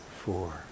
four